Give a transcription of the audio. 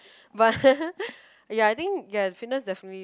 but ya I think ya fitness definitely